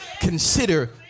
consider